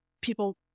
people